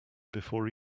before